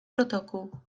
protokół